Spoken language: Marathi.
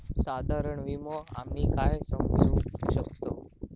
साधारण विमो आम्ही काय समजू शकतव?